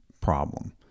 problem